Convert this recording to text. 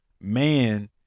man